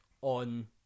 on